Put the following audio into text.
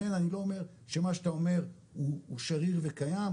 לכן אני לא אומר שמה שאתה אומר הוא שריר וקיים,